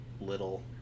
little